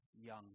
young